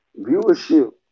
Viewership